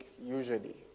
usually